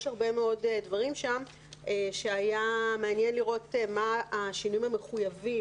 יש הרבה מאוד דברים שם שהיה מעניין לראות מה השינויים המחויבים